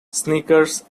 snickers